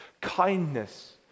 kindness